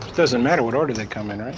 doesn't matter what order they come in, right?